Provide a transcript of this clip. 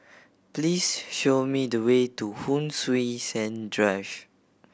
please show me the way to Hon Sui Sen Drive